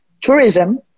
tourism